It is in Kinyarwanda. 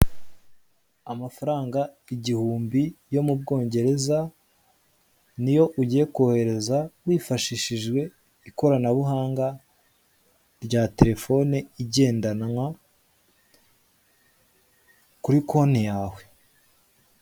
Amafaranga igihumbi yo mu bwongereza niyo ugiye kohereza wifashishije ikoranabuhanga rya telefone igendanwa kuri konti yawe.